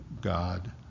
God